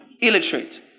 illiterate